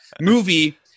movie